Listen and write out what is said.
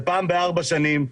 זה פעם בארבע שנים.